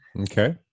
Okay